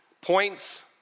points